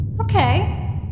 Okay